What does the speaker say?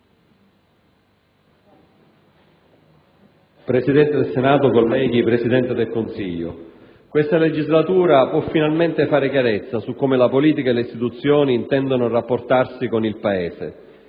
Presidente del Senato, signor Presidente del Consiglio, onorevoli colleghi, questa legislatura può finalmente fare chiarezza su come la politica e le istituzioni intendano rapportarsi con il Paese.